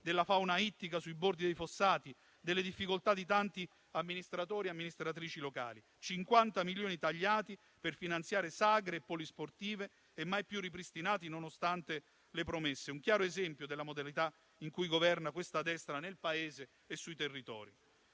della fauna ittica sui bordi dei fossati, delle difficoltà di tanti amministratori e amministratrici locali. Cinquanta milioni tagliati per finanziare sagre e polisportive e mai più ripristinati, nonostante le promesse. Un chiaro esempio della modalità con cui questa destra governa nel Paese e sui territori.